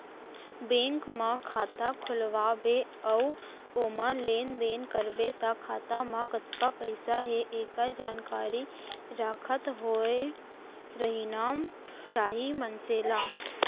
bank म खाता खोलवा बे अउ ओमा लेन देन करबे त खाता म कतका पइसा हे एकर जानकारी राखत होय रहिना चाही मनसे ल